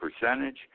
percentage